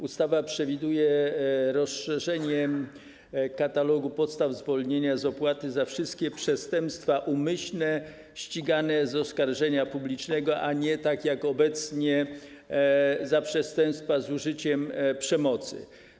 Ustawa przewiduje rozszerzenie katalogu podstaw zwolnienia z opłaty o wszystkie przestępstwa umyślne ścigane z oskarżenia publicznego, a nie, tak jak obecnie, przestępstwa z użyciem przemocy.